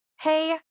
Hey